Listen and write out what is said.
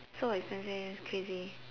so expensive crazy